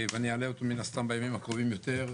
ואני אעלה אותו מן הסתם בימים הקרובים יותר,